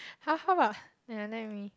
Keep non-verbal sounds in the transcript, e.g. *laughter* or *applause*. *breath* how how about another me